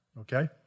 okay